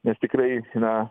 nes tikrai na